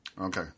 okay